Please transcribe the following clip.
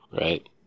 right